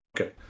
Okay